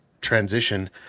transition